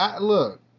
Look